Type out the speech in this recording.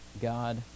God